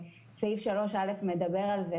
סעיף 3(א) מדבר על כך